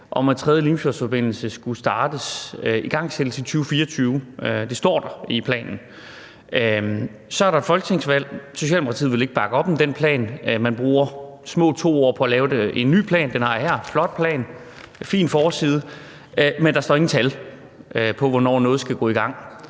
om, at tredje Limfjordsforbindelse skulle igangsættes i 2024. Det står der i planen. Så er der et folketingsvalg. Socialdemokratiet vil ikke bakke op om den plan. Man bruger små 2 år på at lave en ny plan. Den har jeg her: Det er en flot plan med en fin forside, men der står ingen tal for, hvornår noget skal gå i gang,